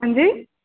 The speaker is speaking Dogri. हां जी